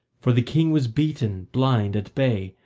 for the king was beaten, blind, at bay,